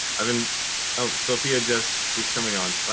i mean sophia's just. she's coming on. bye,